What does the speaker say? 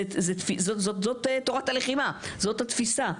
זו תורת הלחימה, זו התפיסה.